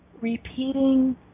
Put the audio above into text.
repeating